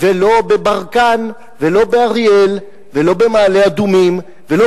ולא בברקן ולא באריאל ולא במעלה-אדומים ולא